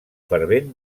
fervent